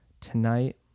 tonight